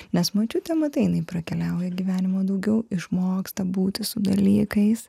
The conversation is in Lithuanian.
nes močiutė matai jinai prakeliauja gyvenimo daugiau išmoksta būti su dalykais